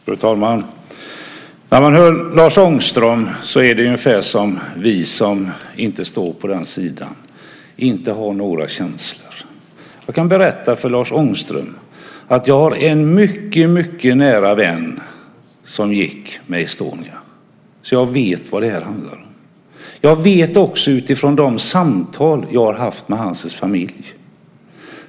Fru talman! När man hör Lars Ångström låter det ungefär som om vi som står på den här sidan inte har några känslor. Jag kan berätta för Lars Ångström att jag har en mycket nära vän som försvann med Estonia, så jag vet vad det här handlar om. Jag vet det också utifrån de samtal som jag har haft med hans familj.